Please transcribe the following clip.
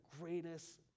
greatest